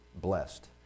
blessed